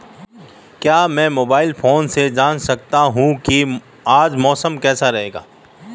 क्या मैं mobile phone से जान सकता हूँ कि आज मौसम कैसा रहेगा?